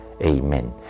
amen